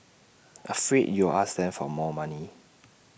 afraid you'll ask them for more money